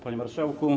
Panie Marszałku!